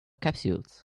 capsules